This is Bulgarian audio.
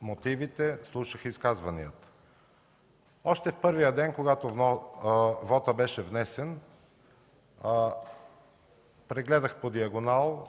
мотивите и слушах изказванията. Още в първия ден, когато беше внесен вотът, прегледах по диагонал,